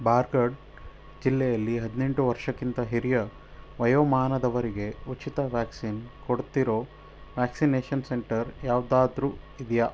ಬಾರ್ಗರ್ಡ್ ಜಿಲ್ಲೆಯಲ್ಲಿ ಹದಿನೆಂಟು ವರ್ಷಕ್ಕಿಂತ ಹಿರಿಯ ವಯೋಮಾನದವರಿಗೆ ಉಚಿತ ವ್ಯಾಕ್ಸಿನ್ ಕೊಡ್ತಿರೋ ವ್ಯಾಕ್ಸಿನೇಷನ್ ಸೆಂಟರ್ ಯಾವುದಾದ್ರು ಇದೆಯಾ